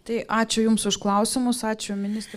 tai ačiū jums už klausimus ačiū ministre